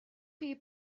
chi